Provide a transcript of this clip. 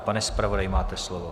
Pane zpravodaji, máte slovo.